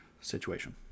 situation